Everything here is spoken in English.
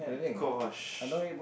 gosh